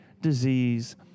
disease